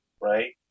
Right